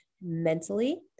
mentally